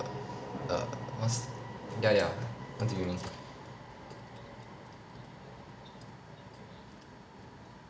err what's ya ya what do you mean